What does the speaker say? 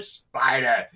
spider